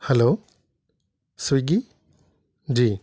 hello Swiggy G